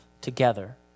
together